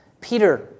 Peter